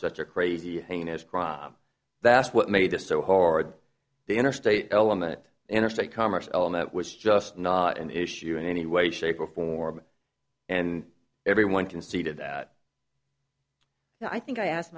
such a crazy heinous crime that's what made it so hard the interstate element interstate commerce element was just not an issue in any way shape or form and everyone conceded that i think i asked